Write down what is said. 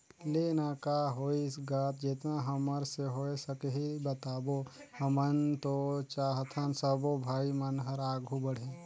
ले ना का होइस गा जेतना हमर से होय सकही बताबो हमन तो चाहथन सबो भाई मन हर आघू बढ़े